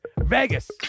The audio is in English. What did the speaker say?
Vegas